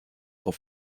auf